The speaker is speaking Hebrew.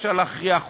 אי-אפשר להכריח אותו,